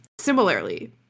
similarly